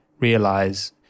realize